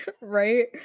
Right